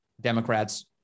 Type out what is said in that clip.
Democrats